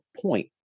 point